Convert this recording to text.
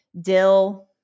Dill